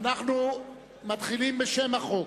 אנחנו מתחילים בשם החוק.